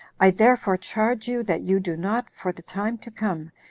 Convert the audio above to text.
i therefore charge you, that you do not, for the time to come,